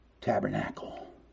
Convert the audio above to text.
tabernacle